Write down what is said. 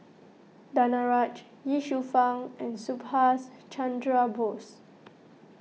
Danaraj Ye Shufang and Subhas Chandra Bose